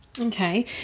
Okay